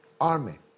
Army